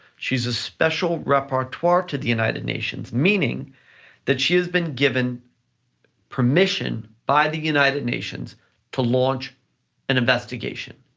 she's a special repertoire to the united nations, meaning that she has been given permission by the united nations to launch an investigation,